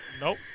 Nope